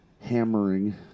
Hammering